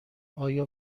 آیا